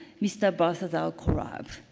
mr. balthazar korab.